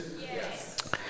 Yes